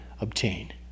obtain